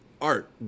Art